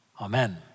Amen